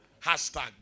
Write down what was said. Hashtag